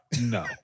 no